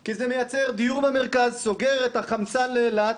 כי זה מייצר דיור במרכז, סוגר את החמצן לאילת.